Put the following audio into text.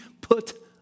put